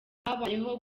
habayeho